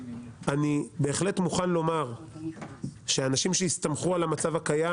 אני בהחלט מוכן לומר שהאנשים שהסתמכו על המצב הקיים,